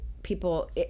people